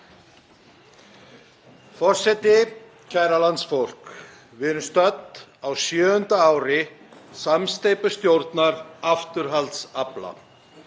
Forseti. Kæra landsfólk. Við erum stödd á sjöunda ári samsteypustjórnar afturhaldsafla.